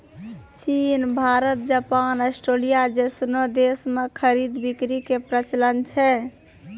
चीन Bharat Japan Australia जैसनो देश मे खरीद बिक्री के प्रचलन छै